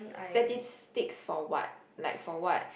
statistics for what like for what